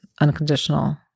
unconditional